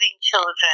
children